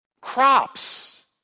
crops